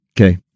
Okay